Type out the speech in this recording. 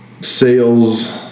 sales